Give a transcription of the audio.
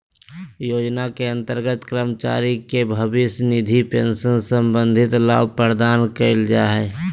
योजना के अंतर्गत कर्मचारी के भविष्य निधि पेंशन संबंधी लाभ प्रदान कइल जा हइ